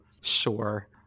Sure